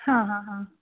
ಹಾಂ ಹಾಂ ಹಾಂ